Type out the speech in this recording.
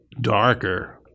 darker